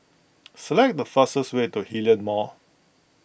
select the fastest way to Hillion Mall